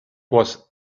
was